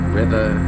river